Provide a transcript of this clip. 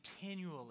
continually